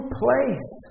place